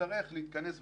נצטרך להתכנס ולשבת,